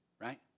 right